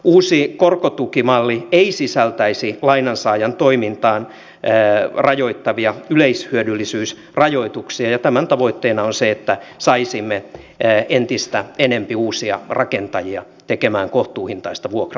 uusi korkotukimalli ei sisältäisi lainansaajan toimintaa rajoittavia yleishyödyllisyysrajoituksia ja tämän tavoitteena on se että saisimme entistä enempi uusia rakentajia tekemään kohtuuhintaista vuokra asuntotuotantoa